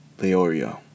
Leorio